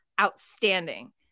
outstanding